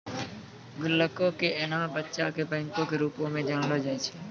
गुल्लको के एना बच्चा के बैंको के रुपो मे जानलो जाय छै